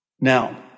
Now